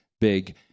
big